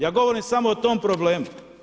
Ja govorim samo o tome problemu.